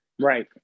Right